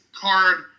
card